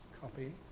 Copy